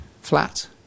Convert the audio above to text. flat